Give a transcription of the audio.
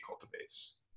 cultivates